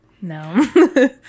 No